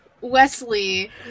Wesley